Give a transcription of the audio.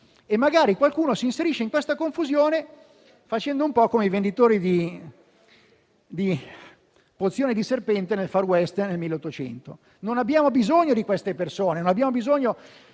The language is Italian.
E magari qualcuno si inserisce in questa confusione, facendo un po' come i venditori di pozioni di serpente nel Far West nel 1800; non abbiamo bisogno di queste persone, non abbiamo bisogno